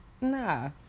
Nah